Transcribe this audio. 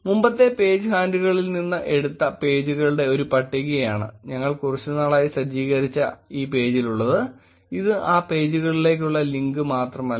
മുമ്പത്തെ പേജ് ഹാൻഡിലുകളിൽ നിന്ന് എടുത്ത പേജുകളുടെ ഒരു പട്ടികയാണ് ഞങ്ങൾ കുറച്ചുനാളായി സജ്ജീകരിച്ച ഈ പേജിലുള്ളത് ഇത് ആ പേജുകളിലേക്കുള്ള ലിങ്ക് മാത്രമല്ല